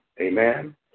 Amen